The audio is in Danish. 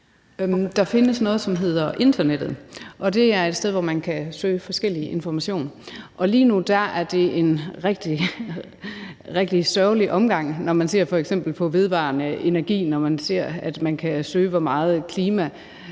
Der findes noget, som hedder internettet. Det er et sted, hvor man kan søge forskellig information. Lige nu er det en rigtig sørgelig omgang. Når man f.eks. ser på vedvarende energi og på, hvor meget ens